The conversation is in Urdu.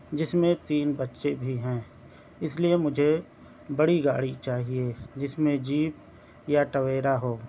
جس میں تین بچے بھی ہیں اِس لئے مجھے بڑی گاڑی چاہیے جس میں جیپ یا ٹویرا ہو